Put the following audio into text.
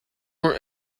were